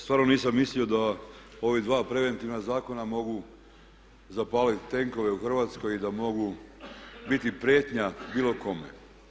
Stvarno nisam mislio da ova dva preventivna zakona mogu zapaliti tenkove u Hrvatskoj i da mogu biti prijetnja bilo kome.